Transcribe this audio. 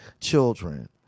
children